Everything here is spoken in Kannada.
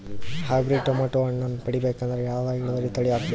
ಹೈಬ್ರಿಡ್ ಟೊಮೇಟೊ ಹಣ್ಣನ್ನ ಪಡಿಬೇಕಂದರ ಯಾವ ಇಳುವರಿ ತಳಿ ಹಾಕಬೇಕು?